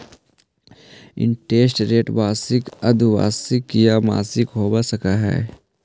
interest rate वार्षिक, अर्द्धवार्षिक या मासिक हो सकऽ हई